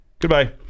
Goodbye